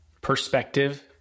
perspective